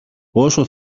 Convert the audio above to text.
όσο